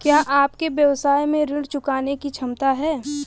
क्या आपके व्यवसाय में ऋण चुकाने की क्षमता है?